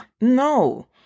No